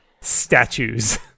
Statues